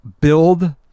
build